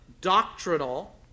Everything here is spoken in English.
doctrinal